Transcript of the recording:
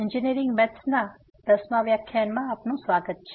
engineering ગણિત 1 પરના વ્યાખ્યાનમાં તમારું સ્વાગત છે